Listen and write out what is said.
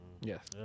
Yes